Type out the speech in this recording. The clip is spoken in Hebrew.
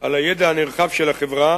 על הידע הנרחב של החברה